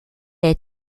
est